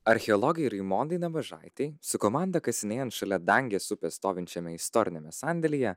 archeologei raimondai nabažaitei su komanda kasinėjant šalia dangės upės stovinčiame istoriniame sandėlyje